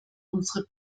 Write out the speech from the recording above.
unsere